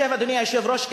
אדוני היושב-ראש,